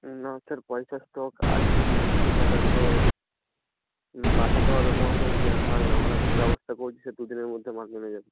না স্যার পয়সার স্টক আছে কিন্তু সেই টাকাগুলো পাঠাতে হবে মহাজনকে আর মাল নামানোর ব্যবস্থা করে দিচ্ছে দুদিনের মধ্যে মাল নেমে যাবে